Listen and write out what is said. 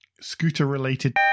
scooter-related